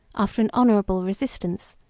after an honorable resistance,